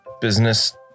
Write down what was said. business